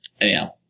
anyhow